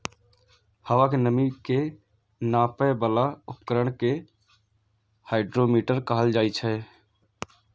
हवा के नमी के नापै बला उपकरण कें हाइग्रोमीटर कहल जाइ छै